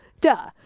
duh